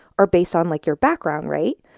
are based on like your background right?